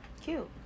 Cute